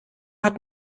hat